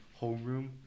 homeroom